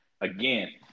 again